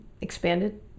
expanded